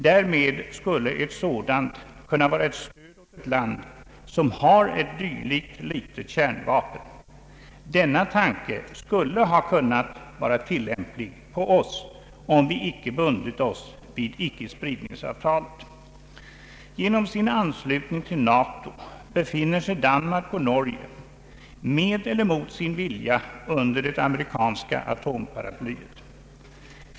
Därmed skulle ett sådant kunna vara ett stöd åt det landet. Denna tanke skulle ha kunnat vara tillämplig på oss, om vi icke bundit oss vid icke-spridningsavtalet. Genom sin anslutning till NATO befinner sig Danmark och Norge med eller mot sin vilja under det amerikanska atomparaplyet.